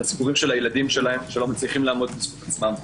את הסיפורים של הילדים שלהם שלא מצליחים לעמוד בזכות עצמם,